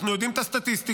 אנחנו יודעים את הסטטיסטיקות,